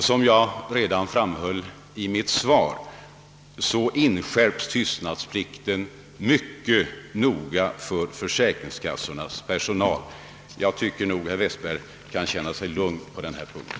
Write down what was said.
Som jag framhöll i mitt svar inskärpes tystnadsplikten mycket noga hos försäkringskassornas personal. Jag anser att herr Westberg kan känna sig lugn på den punkten.